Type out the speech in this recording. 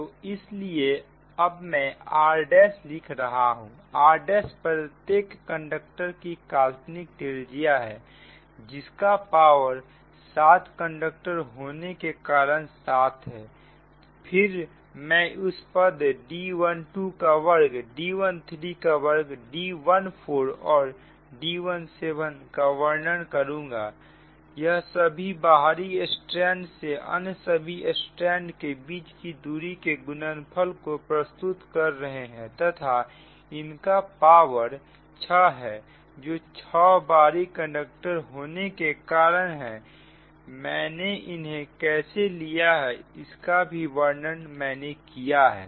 तो इसलिए अब मैं r' लिख रहा हूं r' प्रत्येक कंडक्टर की काल्पनिक त्रिज्या है जिसका पावर सात कंडक्टर होने के कारण 7 है फिर मैं इस पद D12 का वर्ग D13 का वर्ग D14 और D17 का वर्णन करूंगा यह सभी बाहरी स्ट्रैंड से अन्य सभी स्ट्रैंड के बीच की दूरी के गुणनफल को प्रस्तुत कर रहे हैं तथा इनका पावर 6 है जो 6 बाहरी स्ट्रैंड के होने के कारण हैं मैंने इन्हें कैसे लिया है इसका भी वर्णन मैंने किया है